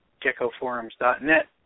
geckoforums.net